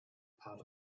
part